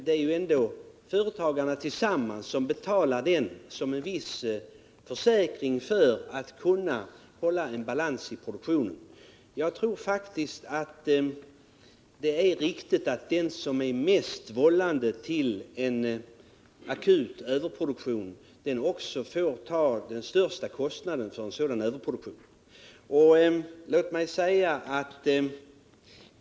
Det är ändå företagarna tillsammans som betalar, som en viss försäkring för att kunna hålla balans i produktionen. Jag tror faktiskt att det är riktigt att den som är mest vållande till en överproduktion också får ta den största kostnaden för en sådan.